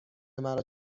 مرا